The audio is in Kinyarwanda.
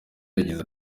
yagize